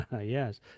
Yes